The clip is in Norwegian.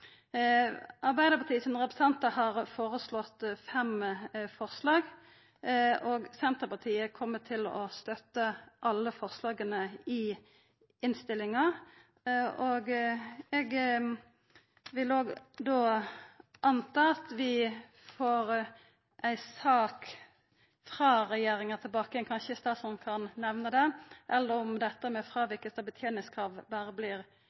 Arbeidarpartiet sine representantar har føreslått fem forslag, og Senterpartiet kjem til å støtta alle forslaga i innstillinga. Eg vil då anta at vi får ei sak tilbake igjen frå regjeringa. Kanskje kan statsråden seia noko om det – eller om dette med fråviking av beteningskrav berre